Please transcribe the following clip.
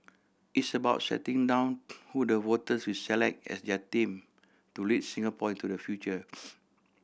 it's about setting down who the voters will select as their team to lead Singapore into the future